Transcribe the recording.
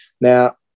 now